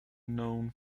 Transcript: known